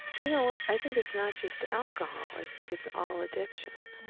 you know what? i think it's not just alcohol. i think it's all addiction.